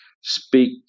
speak